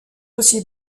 aussi